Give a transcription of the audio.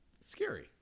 scary